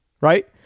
right